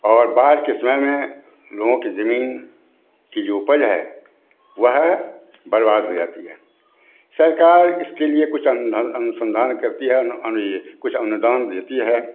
और बाढ़ के समय में लोगों की ज़मीन की जो उपज है वह बर्बाद हो जाती है सरकार इसके लिए कुछ अनधन अनुसंधान करती है आने यह कुछ अनुदान देती है